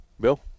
Bill